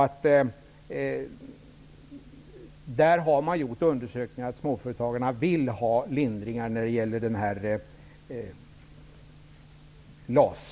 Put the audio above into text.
Undersökningar visar att småföretagare vill ha lindringar när det gäller LAS.